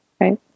Right